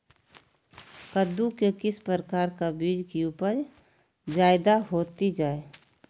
कददु के किस प्रकार का बीज की उपज जायदा होती जय?